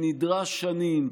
שנדרש שנים,